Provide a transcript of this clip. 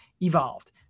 evolved